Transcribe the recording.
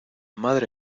madre